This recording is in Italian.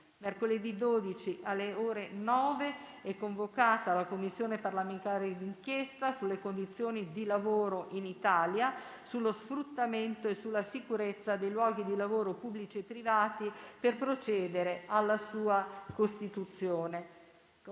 Mercoledì 12, alle ore 9, è convocata la Commissione parlamentare d'inchiesta sulle condizioni di lavoro in Italia, sullo sfruttamento e sulla sicurezza nei luoghi di lavoro pubblici e privati per procedere alla sua costituzione.